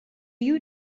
you